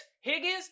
Higgins